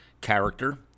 character